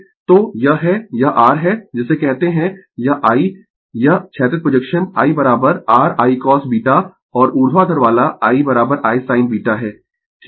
तो यह है यह r है जिसे कहते है यह I यह क्षैतिज projection I r I cosβ और ऊर्ध्वाधर वाला I ' I sin β है ठीक है